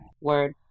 Word